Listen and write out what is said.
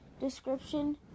Description